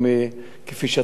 כפי שאתם אמרתם